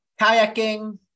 Kayaking